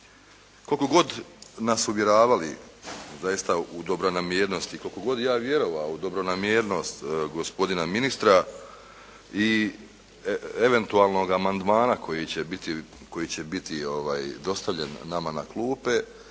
Koliko god nas uvjeravali zaista u dobronamjernosti, koliko god ja vjerovao u dobronamjernost gospodina ministra i eventualnog amandmana koji će biti dostavljen nama na klupe,